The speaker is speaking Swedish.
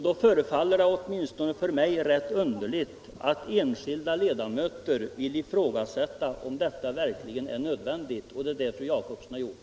Då förefaller det åtminstone för mig rätt underligt att enskilda ledamöter vill ifrågasätta om detta verkligen är nödvändigt, men det är vad fru Jacobsson har gjort.